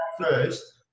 first